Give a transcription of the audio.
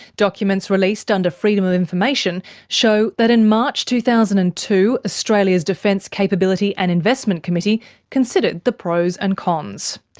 documents released under freedom of information show that in march two thousand and two, australia's defence capability and investment committee considered the pros and cons.